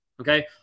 Okay